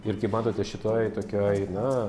ir kaip matote šitoj tokioj na